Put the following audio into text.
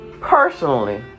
Personally